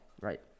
Right